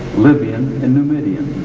libyan and numindian.